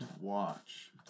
Watch